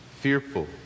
fearful